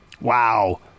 Wow